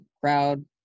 crowd